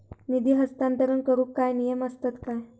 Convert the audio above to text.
निधी हस्तांतरण करूक काय नियम असतत काय?